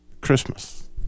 Christmas